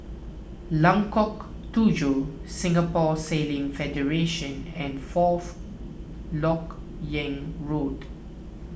Lengkok Tujoh Singapore Sailing Federation and Fourth Lok Yang Road